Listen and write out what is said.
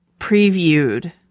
previewed